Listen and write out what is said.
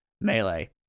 Melee